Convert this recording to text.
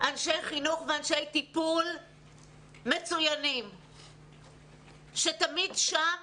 אנשי חינוך ואנשי טיפול מצוינים שתמיד שם